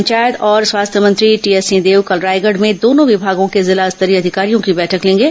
पंचायत और और स्वास्थ्य मंत्री टीएस सिंहदेव कल रायगढ़ में दोनों विभागों के जिला स्तरीय अधिकारियों की बैठक लेंगे